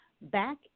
back